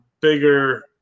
bigger